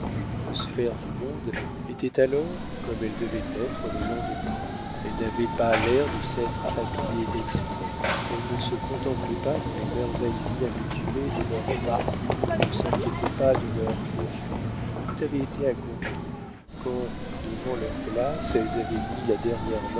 une sphère du monde étaient alors comme elles devaient être le lendemain elles n'avaient pas l'air de s'être habillées exprès elles ne se contemplaient pas dans les merveilles inaccoutumées de leurs parures ne s'inquiétaient pas de leur effet tout avait été accompli quand devant leur glace elles avaient mis la dernière